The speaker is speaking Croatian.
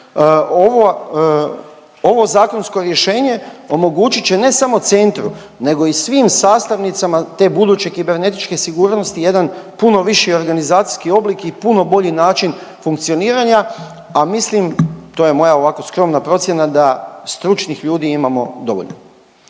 ovo zakonsko rješenje omogućit će, ne samo centru, nego i svim sastavnicama te buduće kibernetičke sigurnosti jedan puno viši organizacijski oblik i puno bolji način funkcioniranja, a mislim, to je moja ovako skromna procjena, da stručnih ljudi imamo dovoljno.